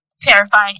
terrifying